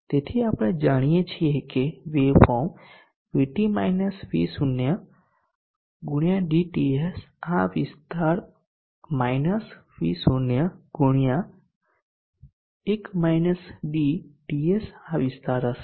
તેથી આપણે જાણીએ છીએ કે waveform VT V0 x dTS આ વિસ્તાર માઇનસ V0xTS આ વિસ્તાર હશે